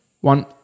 one